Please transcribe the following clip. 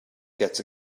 gets